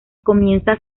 comienzan